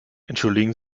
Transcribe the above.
entschuldigen